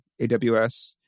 AWS